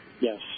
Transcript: Yes